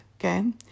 Okay